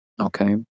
Okay